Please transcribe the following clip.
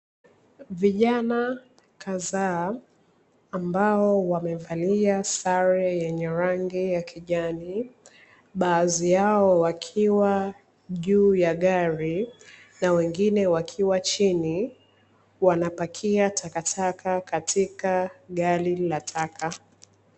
Vijana kadhaa ambao wamevalia sare yenye rangi ya kijani, baadhi yao wakiwa juu ya gari na wengine wakiwa chini wanapakia takataka katika gari la taka.